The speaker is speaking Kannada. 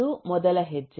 ಇದು ಮೊದಲ ಹೆಜ್ಜೆ